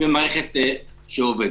ומערכת שעובדת.